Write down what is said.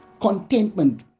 Contentment